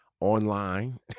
online